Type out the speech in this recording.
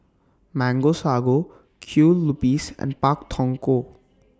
Mango Sago Kue Lupis and Pak Thong Ko